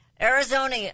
Arizona